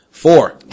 Four